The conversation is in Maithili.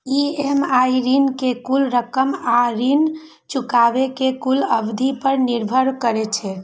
ई.एम.आई ऋण के कुल रकम आ ऋण चुकाबै के कुल अवधि पर निर्भर करै छै